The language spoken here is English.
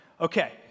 okay